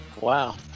wow